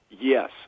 Yes